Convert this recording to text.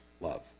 love